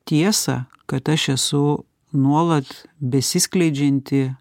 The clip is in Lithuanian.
tiesą kad aš esu nuolat besiskleidžianti